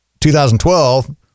2012